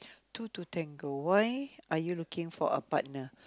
two to tango why are you looking for a partner